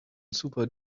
super